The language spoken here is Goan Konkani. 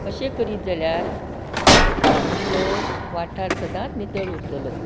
अशें करीत जाल्यार आमचो वाठार सदांच नितळ उरतलो